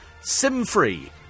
SIM-free